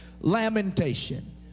lamentation